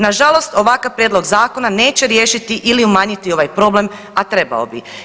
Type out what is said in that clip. Nažalost ovakav prijedlog zakona neće riješiti ili umanjiti ovaj problem, a trebao bi.